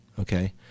Okay